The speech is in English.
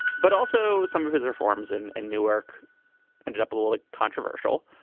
but also some of his reforms. and and newark ended up a little like controversial,